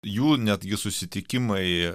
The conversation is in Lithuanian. jų netgi susitikimai